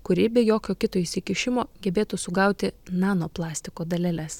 kuri be jokio kito įsikišimo gebėtų sugauti nanoplastiko daleles